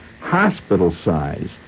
hospital-size